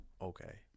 okay